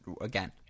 again